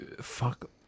Fuck